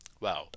Wow